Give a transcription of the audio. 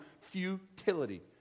futility